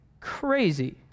Crazy